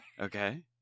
Okay